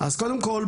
אז קודם כל,